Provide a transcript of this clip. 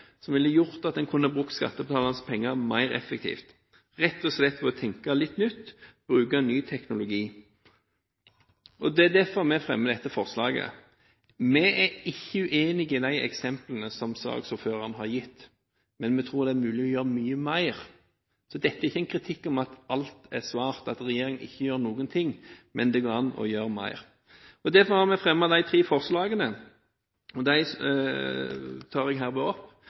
som ville gjort at man kunne brukt skattebetalernes penger mer effektivt – rett og slett ved å tenke litt nytt og bruke ny teknologi. Det er derfor vi fremmer dette forslaget. Vi er ikke uenig i de eksemplene som saksordføreren har gitt, men vi tror det er mulig å gjøre mye mer. Dette er ikke en kritikk; at alt er svart, og at regjeringen ikke gjør noen ting, men det går an å gjøre mer. Derfor har vi fremmet disse tre forslagene – og de tar jeg herved opp.